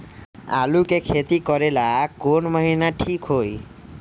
आलू के खेती करेला कौन महीना ठीक होई?